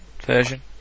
version